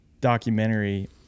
documentary